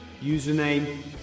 Username